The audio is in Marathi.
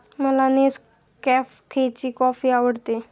मला नेसकॅफेची कॉफी आवडते